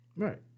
Right